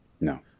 No